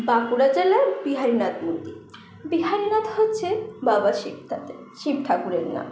বাঁকুড়া জেলার বিহারিনাথ মূর্তি বিহারিনাথ হচ্ছে বাবা শিব তাতে শিব ঠাকুরের নাম